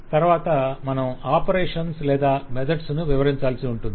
తరవాత మనం ఆపరేషన్స్ లేదా మెథడ్స్ ను వివరించాల్సి ఉంటుంది